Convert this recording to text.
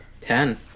Ten